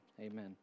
amen